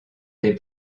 des